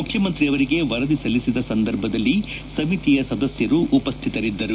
ಮುಖ್ಯಮಂತ್ರಿ ಅವರಿಗೆ ವರದಿ ಸಲ್ಲಿಸಿದ ಸಂದರ್ಭದಲ್ಲಿ ಸಮಿತಿಯ ಸದಸ್ಥರು ಉಪ್ಟಿತರಿದ್ದರು